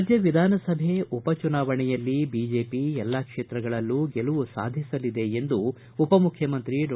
ರಾಜ್ಯ ವಿಧಾನಸಭೆ ಉಪಚುನಾವಣೆಯಲ್ಲಿ ಬಿಜೆಪಿ ಪಕ್ಷ ಎಲ್ಲಾ ಕ್ಷೇತ್ರಗಳಲ್ಲೂ ಗೆಲುವು ಸಾಧಿಸಲಿದೆ ಎಂದು ಉಪಮುಖ್ಯಮಂತ್ರಿ ಡಾ